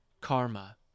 karma